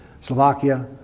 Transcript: Slovakia